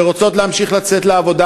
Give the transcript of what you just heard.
שרוצות להמשיך לצאת לעבודה,